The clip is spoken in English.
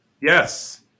Yes